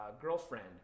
girlfriend